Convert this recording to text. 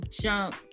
jump